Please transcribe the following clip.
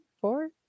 Four